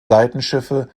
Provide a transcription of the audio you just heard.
seitenschiffe